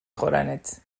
خورنت